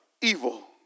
Evil